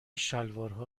شلوارها